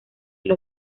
los